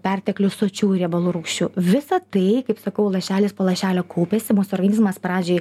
perteklius sočiųjų riebalų rūgščių visa tai kaip sakau lašelis po lašelio kaupiasi mūsų organizmas pradžioj